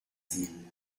ville